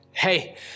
Hey